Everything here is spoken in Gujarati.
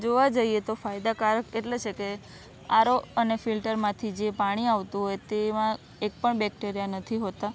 જોવા જઈએ તો ફાયદાકારક એટલે છે કે આર ઓ અને ફિલ્ટરમાંથી જે પાણી આવતું હોય તેમાં એક પણ બેક્ટેરિયા નથી હોતા